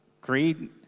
greed